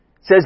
says